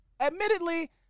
admittedly